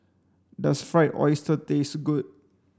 does fried oyster taste good